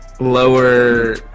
lower